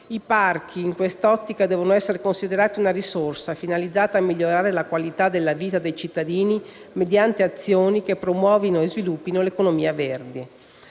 I parchi, in quest'ottica, devono essere considerati una risorsa finalizzata a migliorare la qualità della vita dei cittadini mediante azioni che promuovano e sviluppino l'economia verde.